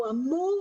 הוא אמור,